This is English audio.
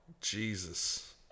Jesus